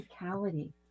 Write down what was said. physicality